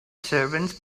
servants